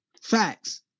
Facts